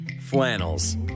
flannels